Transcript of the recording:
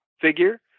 figure